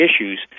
issues